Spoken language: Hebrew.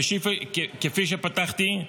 כפי שפתחתי,